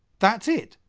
that's it,